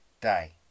day